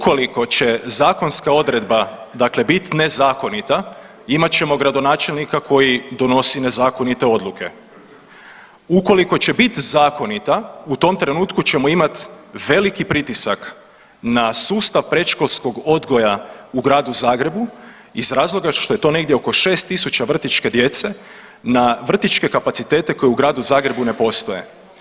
Ukoliko će zakonska odredba bit nezakonita, imat ćemo gradonačelnika koji donosi nezakonite odluke, ukoliko će bit zakonita u tom trenutku ćemo imati veliki pritisak na sustav predškolskog odgoja u Gradu Zagrebu iz razloga što je to negdje oko 6.000 vrtićke djece na vrtićke kapacitete koje u Gradu Zagrebu ne postoje.